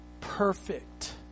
perfect